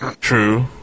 True